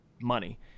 money